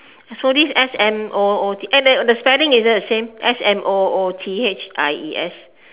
smoothies S M O O T eh the spelling is it the same S M O O T H I E S